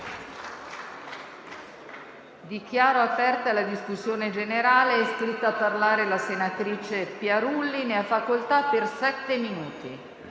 Dichiaro aperta la discussione generale. È iscritta a parlare la senatrice Piarulli. Ne ha facoltà.